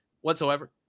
whatsoever